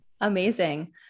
Amazing